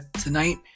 tonight